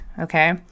Okay